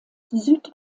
süd